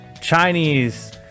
Chinese